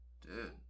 dude